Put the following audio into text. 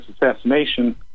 assassination